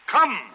Come